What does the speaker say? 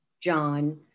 John